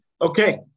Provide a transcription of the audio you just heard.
okay